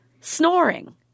snoring